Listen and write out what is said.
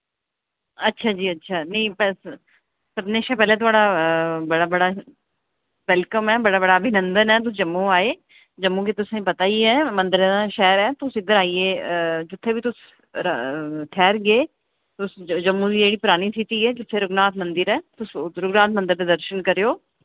अच्छा जी अच्छा निं बस सभनें शा पैह्लें थोआढ़ा बड़ा बड़ा वैल्कम ऐ बड़ा अभिनन्दन ऐ तुस जम्मू आए जम्मू गी तुसें पता ही ऐ मंदरें दा शैह्र ऐ इद्धर आइयै जित्थै बी तुस ठैह्रगे तुस जम्मू दी जेह्ड़ी परानी सिटी ऐ जित्थै रघुनाथ मंदिर ऐ तुस रघुनाथ मंदर दे दर्शन करेओ